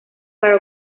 para